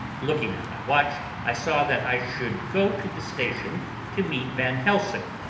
looking at my watch, i saw that i should go to the station to meet van helsing,